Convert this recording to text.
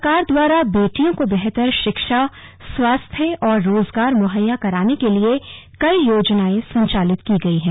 सरकार द्वारा बेटियों को बेहतर शिक्षा स्वास्थ्य और रोजगार मुहैया कराने के लिये कई योजनायें संचालित की गई हैं